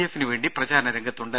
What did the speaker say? എഫിന് വേണ്ടി പ്രചാരണ രംഗത്തുണ്ട്